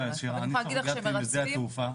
עכשיו חזרתי משדה התעופה,